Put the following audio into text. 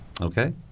Okay